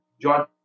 John